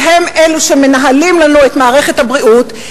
שהם אלה שמנהלים לנו את מערכת הבריאות,